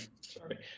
Sorry